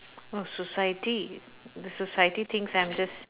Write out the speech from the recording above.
oh society the society thinks I'm just